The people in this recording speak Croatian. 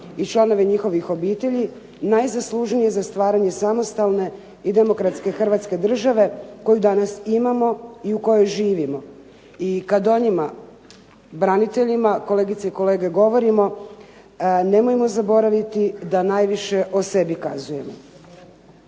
i članove njihove obitelji najzaslužnije za stvaranje samostalne i demokratske Hrvatske države koju danas imamo i u kojoj živimo. I kad o njima braniteljima kolegice i kolege govorimo nemojmo zaboraviti da najviše o sebi kazujemo.